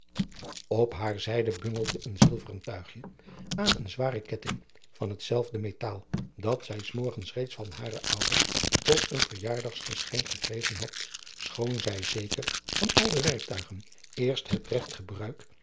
op haar zijde bungelde een zilveren tuigje aan een zwaren ketting van hetzelfde metaal dat zij's morgens reeds van hare ouders tot een verjaargeschenk gekregen had schoon zij zeker van al de werktuigen eerst het regt gebruik